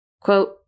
Quote